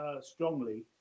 strongly